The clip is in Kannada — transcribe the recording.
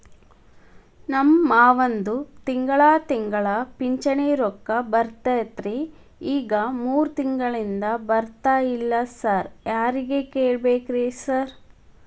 ನಮ್ ಮಾವಂದು ತಿಂಗಳಾ ತಿಂಗಳಾ ಪಿಂಚಿಣಿ ರೊಕ್ಕ ಬರ್ತಿತ್ರಿ ಈಗ ಮೂರ್ ತಿಂಗ್ಳನಿಂದ ಬರ್ತಾ ಇಲ್ಲ ಸಾರ್ ಯಾರಿಗ್ ಕೇಳ್ಬೇಕ್ರಿ ಸಾರ್?